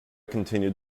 continued